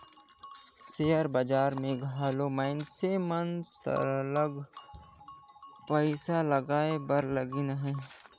share बजार में घलो मइनसे मन सरलग पइसा लगाए बर लगिन अहें